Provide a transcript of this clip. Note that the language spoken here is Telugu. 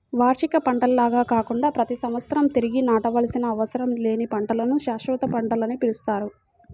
వార్షిక పంటల్లాగా కాకుండా ప్రతి సంవత్సరం తిరిగి నాటవలసిన అవసరం లేని పంటలను శాశ్వత పంటలని పిలుస్తారు